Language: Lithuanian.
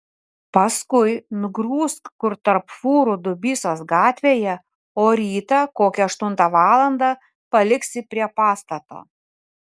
paskui nugrūsk kur tarp fūrų dubysos gatvėje o rytą kokią aštuntą valandą paliksi prie pastato